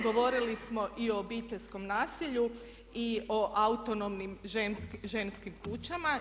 Govorili smo i obiteljskom naselju i o autonomnim ženskim kućama.